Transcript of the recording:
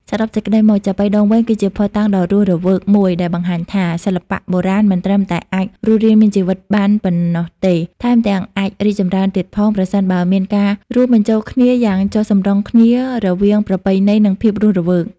សរុបសេចក្ដីមក ចាប៉ីដងវែង គឺជាភស្តុតាងដ៏រស់រវើកមួយដែលបង្ហាញថា សិល្បៈបុរាណមិនត្រឹមតែអាចរស់រានមានជីវិតបានប៉ុណ្ណោះទេ ថែមទាំងអាចរីកចម្រើនទៀតផង ប្រសិនបើមានការរួមបញ្ចូលគ្នាយ៉ាងចុះសម្រុងគ្នារវាង ប្រពៃណី និង ភាពរស់រវើក។